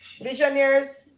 visionaries